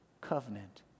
covenant